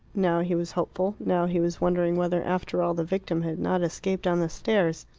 now he was hopeful, now he was wondering whether after all the victim had not escaped down the stairs.